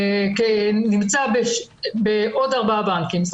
נמצא בעוד ארבעה בנקים.